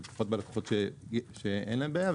ופחות בלקוחות שאין להם בעיה,